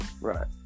Right